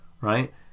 Right